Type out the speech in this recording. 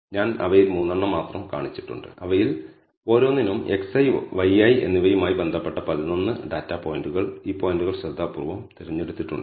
ഞാൻ അവയിൽ 3 എണ്ണം മാത്രം കാണിച്ചിട്ടുണ്ട് അവയിൽ ഓരോന്നിനും xi yi എന്നിവയുമായി ബന്ധപ്പെട്ട 11 ഡാറ്റ പോയിന്റുകൾ ഈ പോയിന്റുകൾ ശ്രദ്ധാപൂർവ്വം തിരഞ്ഞെടുത്തിട്ടുണ്ട്